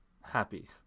happy